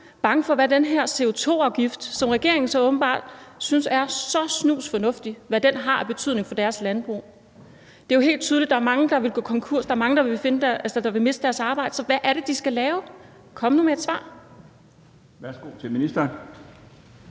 bange for, hvad den her CO2-afgift, som regeringen så åbenbart synes er så snusfornuftig, har af betydning for deres landbrug. Det er jo helt tydeligt, at der er mange, der vil gå konkurs. Der er mange, der vil miste deres arbejde, så hvad er det, de skal lave? Kom nu med et svar! Kl. 15:00 Den